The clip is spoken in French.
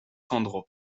sandro